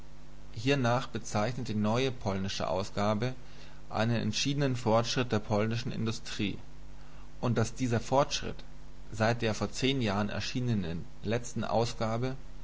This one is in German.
hiernach bezeichnet die neue polnische ausgabe einen entschiedenen fortschritt der polnischen industrie und daß dieser fortschritt seit der vor zehn jahren erschienenen letzten ausgabe